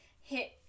hit